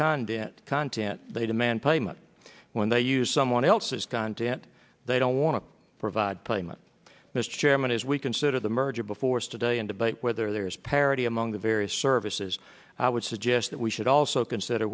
content content they demand payment when they use someone else's content they don't want to provide claimant mr chairman as we consider the merger before stood a and debate whether there is parity among the various services i would suggest that we should also consider